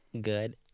good